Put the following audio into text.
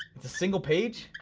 it's a single page,